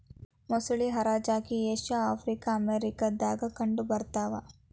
ಮೊಸಳಿ ಹರಚ್ಚಾಗಿ Asia Africa America ದಾಗ ಕಂಡ ಬರತಾವ